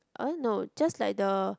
no just like the